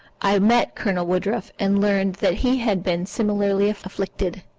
i met colonel woodruff, and learned that he had been similarly afflicted.